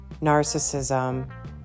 narcissism